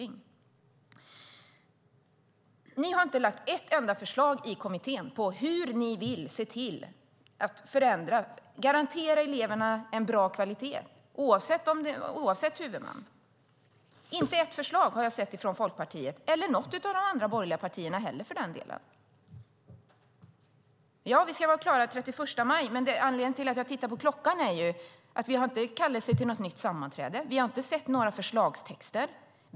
Ni har inte lagt fram ett enda förslag i kommittén på hur ni vill se till att garantera eleverna bra kvalitet, oavsett huvudman. Inte ett förslag har jag sett från Folkpartiet och inte heller från något av de andra borgerliga partierna för den delen. Ja, vi ska vara klara den 31 maj. Anledningen till att jag tittar på klockan är att vi inte har fått en kallelse till något nytt sammanträde eller sett några förslagstexter.